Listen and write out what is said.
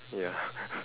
ya